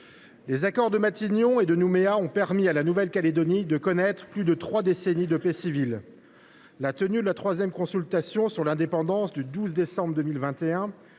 les accords de Matignon et de Nouméa ont permis à la Nouvelle Calédonie de connaître plus de trois décennies de paix civile. La troisième consultation sur l’indépendance le 12 décembre 2021